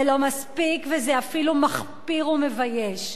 זה לא מספיק וזה אפילו מחפיר ומבייש.